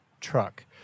truck